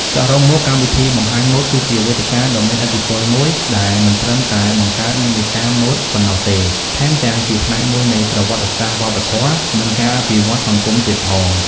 សរុបមក កម្មវិធីបង្ហាញម៉ូដ គឺជាវេទិកាដ៏មានឥទ្ធិពលមួយដែលមិនត្រឹមតែបង្កើតនិន្នាការម៉ូដប៉ុណ្ណោះទេ ថែមទាំងជាផ្នែកមួយនៃប្រវត្តិសាស្ត្រវប្បធម៌ និងការអភិវឌ្ឍសង្គមទៀតផង។